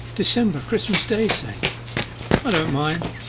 december? christmas day, say i don't mind